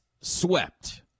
swept